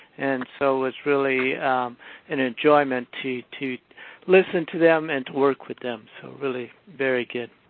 and so, it's really an enjoyment to to listen to them and to work with them. so, really, very good.